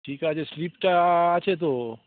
ঠিক আছে স্লিপটা আছে তো